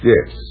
Yes